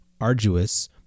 arduous